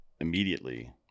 immediately